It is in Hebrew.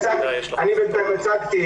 בוודאי רופאות,